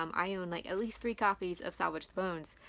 um i own like at least three copies of salvage the bones,